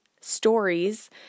stories